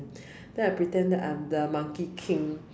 then I pretend that I'm the monkey King